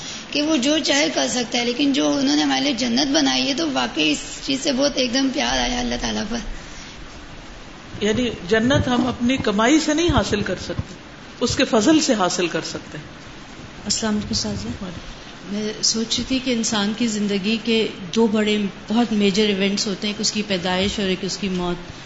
کہ وہ جو چاہے کر سکتا ہے، لیکن جو انہوں نے ہمارے لیے جنت بنائی ہے تو واقعی اس چیز سے بہت ایک دم پیار آیا اللہ تعالیٰ پر۔ یعنی جنت ہم اپنی کمائی سے نہیں حاصل کر سکتے، اس کے فضل سے حاصل کر سکتے ہیں۔ السلام علیکم، سازا۔ وعلیکم السلام۔ میں سوچ رہی تھی کہ انسان کی زندگی کے دو بڑے- بہت major events ہوتے ہیں، ایک اس کی پیدائش اور ایک اس کی موت۔